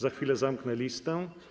Za chwilę zamknę listę.